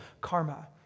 karma